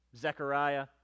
Zechariah